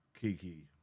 Kiki